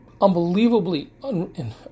unbelievably